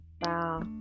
Wow